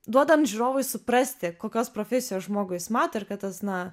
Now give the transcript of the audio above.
duodam žiūrovui suprasti kokios profesijos žmogų jis mato ir kad tas na